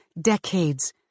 decades